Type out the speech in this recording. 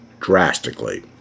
drastically